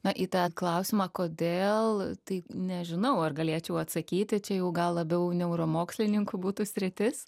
na į tą klausimą kodėl tai nežinau ar galėčiau atsakyti čia jau gal labiau neuromokslininkų būtų sritis